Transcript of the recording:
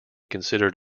considered